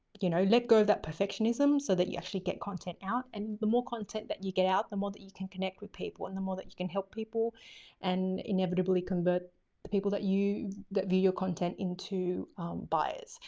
you know, let go of that perfectionism so that you actually get content out. and the more content that you get out, the more that you can connect with people and the more that you can help people and inevitably convert the people that that view your content into buyers.